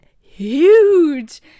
huge